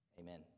Amen